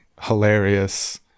hilarious